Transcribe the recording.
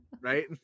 Right